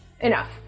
enough